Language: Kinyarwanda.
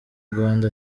umuryango